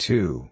Two